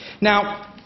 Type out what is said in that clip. Now